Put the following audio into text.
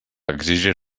exigir